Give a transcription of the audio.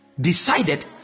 decided